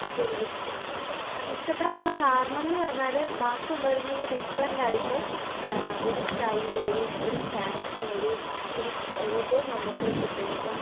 ഒക്കെ എനിക്ക് ഇഷ്ടമാണ് അത് ഇഷ്ടപ്പെടാനുള്ള കാരണം എന്ന് പറഞ്ഞാൽ ബാക്കി ഉള്ളവരില് നിന്ന് ഡിഫ്രൻ്റ് ആയിട്ട് ഒരു സ്റ്റൈല് ഒരു ഒരു ഫാഷൻ ഒരു ഒരു ഇത് നമുക്ക് കിട്ടും അപ്പം